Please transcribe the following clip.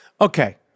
Okay